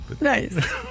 Nice